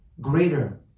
greater